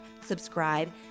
subscribe